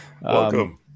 welcome